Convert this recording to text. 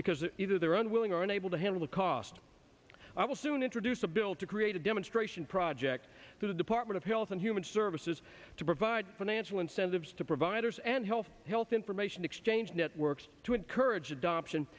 because either they are unwilling or unable to handle the cost i will soon introduce a bill to create a demonstration project for the department of health and human services to provide financial incentives to providers and health information exchange networks to encourage adoption